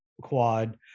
quad